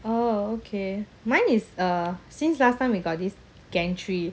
oh okay mine is uh since last time we got this gantry